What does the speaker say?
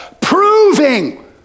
Proving